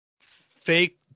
fake